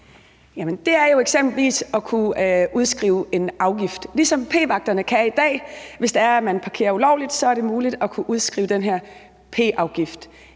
det er jo eksempelvis at kunne udskrive en afgift – ligesom p-vagterne kan i dag, hvis det er, man parkerer ulovligt. Så er det muligt at udskrive den her p-afgift.